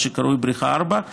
מה שקרוי בריכה 4,